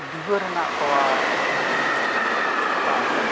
ᱰᱤᱵᱟᱹ ᱨᱮᱱᱟᱜ ᱛᱚᱣᱟ ᱡᱩᱫᱤ ᱧᱩᱭᱟ ᱛᱟᱦᱞᱮ